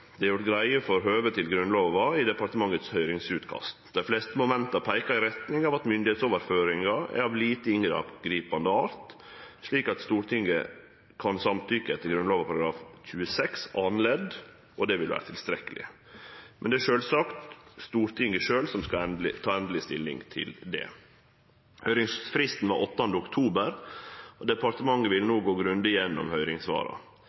Det er gjort greie for høvet til Grunnlova i høyringsutkastet frå departementet. Dei fleste momenta peikar i retning av at myndigheitsoverføringar er av lite inngripande art, slik at Stortinget kan samtykkje etter Grunnlova § 26, andre ledd, og det vil vere tilstrekkeleg. Men det er sjølvsagt Stortinget sjølv som skal ta endeleg stilling til det. Høyringsfristen var den 8. oktober, og departementet vil no gå grundig gjennom høyringssvara.